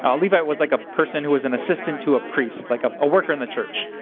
um levite was like a person who was an assistant to a priest like a worker in the church.